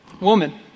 Woman